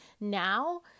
now